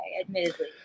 admittedly